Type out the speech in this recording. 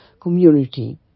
community